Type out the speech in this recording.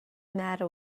matter